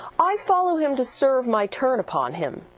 i follow him to serve my turn upon him.